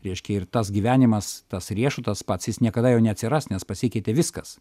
reiškia ir tas gyvenimas tas riešutas pats jis niekada jau neatsiras nes pasikeitė viskas